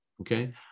Okay